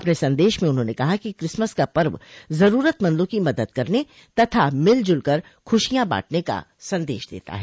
अपने संदेश में उन्होंने कहा कि क्रिसमस का पर्व जरूरतमंदों की मदद करने तथा मिलजुल कर खुशियां बांटने का संदेश देता है